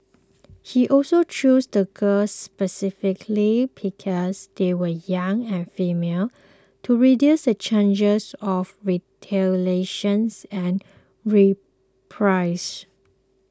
he also chose the girls specifically because they were young and female to reduce the changes of retaliations and reprisal